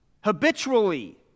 habitually